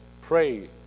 pray